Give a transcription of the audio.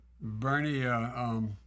Bernie